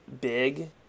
big